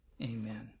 Amen